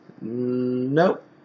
Nope